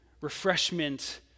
refreshment